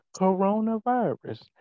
coronavirus